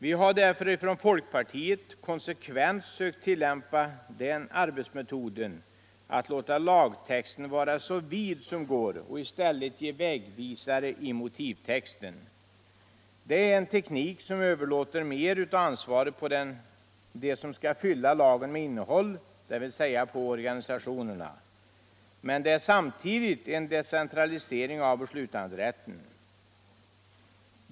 Vi har därför från folkpartiet konsekvent sökt tillämpa den arbetsmetoden att låta lagtexten vara så vid som det går och i stället ge vägvisning i motivtexten. Det är en teknik som överlåter mer av ansvaret på dem som skall fylla lagen med innehåll, dvs. på organisationerna. Men det är samtidigt en decentralisering av beslutanderätten.